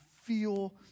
feel